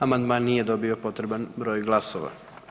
Amandman nije dobio potreban broj glasova.